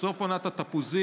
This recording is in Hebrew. "סוף עונת התפוזים",